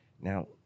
now